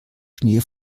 schnee